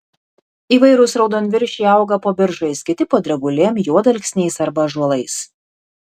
įvairūs raudonviršiai auga po beržais kiti po drebulėm juodalksniais arba ąžuolais